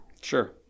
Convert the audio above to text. Sure